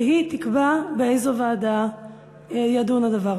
שהיא תקבע באיזו ועדה יידון הדבר,